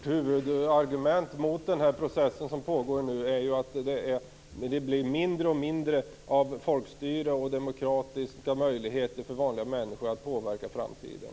Fru talman! Ett huvudargument mot den process som nu pågår är ju att det blir mindre och mindre av folkstyre och demokratiska möjligheter för vanliga människor att påverka framtiden.